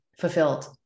fulfilled